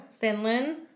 Finland